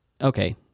okay